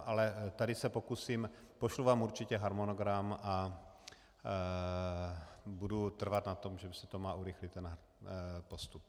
Ale tady se pokusím, pošlu vám určitě harmonogram a budu trvat na tom, že se to má urychlit, ten postup.